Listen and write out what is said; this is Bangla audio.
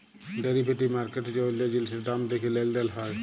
ডেরিভেটিভ মার্কেট হচ্যে অল্য জিলিসের দাম দ্যাখে লেলদেল হয়